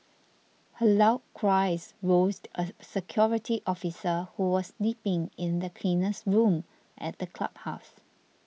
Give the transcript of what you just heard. her loud cries roused a security officer who was sleeping in the cleaner's room at the clubhouse